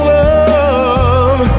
love